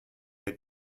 they